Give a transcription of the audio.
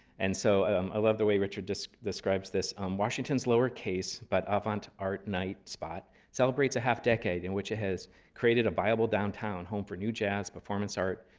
and so i love the way richard describes this washington's lower case but avant art night spot celebrates a half decade in which it has created a viable downtown home for new jazz, performance art,